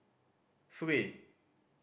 three